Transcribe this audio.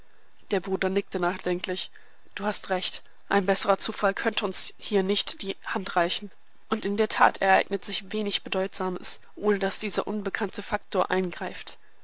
der bruder nickte nachdenklich du hast recht ein besserer zufall könnte uns hier nicht die hand reichen und in der tat ereignet sich wenig bedeutsames ohne daß dieser unbekannte faktor eingreift